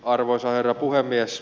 arvoisa herra puhemies